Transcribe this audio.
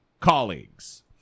colleagues